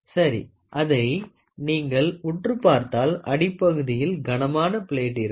சரி அதை நீங்கள் உற்று பார்த்தால் அடிப்பகுதியில் கனமான பிளேட் இருக்கும்